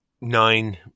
nine-